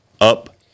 up